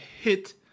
hit